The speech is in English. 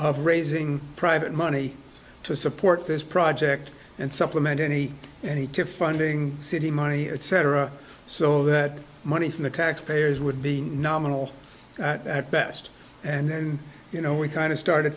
of raising private money to support this project and supplement any and to funding city money etc so that money from the taxpayers would be nominal at best and then you know we kind of started